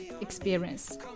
experience